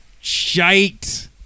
Shite